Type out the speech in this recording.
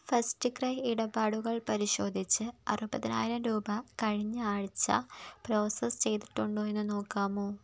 first cry ഇടപാടുകൾ പരിശോധിച്ച് അറുപതിനായിരം രൂപ കഴിഞ്ഞ ആഴ്ച പ്രോസസ്സ് ചെയ്തിട്ടുണ്ടോ എന്ന് നോക്കാമോ